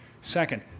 Second